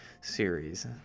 series